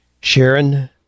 Sharon